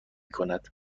کند